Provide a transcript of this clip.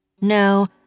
No